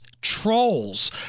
trolls